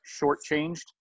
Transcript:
shortchanged